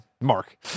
Mark